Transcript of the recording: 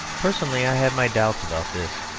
personally, i have my doubts about this.